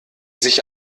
sich